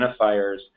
identifiers